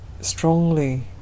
strongly